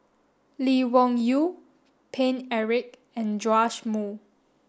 Lee Wung Yew Paine Eric and Joash Moo